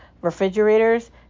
refrigerators